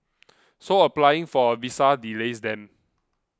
so applying for a visa delays them